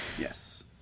Yes